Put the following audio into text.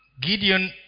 Gideon